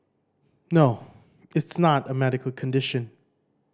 no it's not a medical condition